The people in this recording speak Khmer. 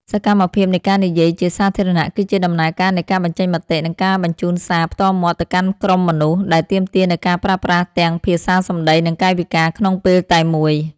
សកម្មភាពនៃការនិយាយជាសាធារណៈ គឺជាដំណើរការនៃការបញ្ចេញមតិ និងការបញ្ជូនសារផ្ទាល់មាត់ទៅកាន់ក្រុមមនុស្ស ដែលទាមទារនូវការប្រើប្រាស់ទាំងភាសាសម្ដី និងកាយវិការក្នុងពេលតែមួយ។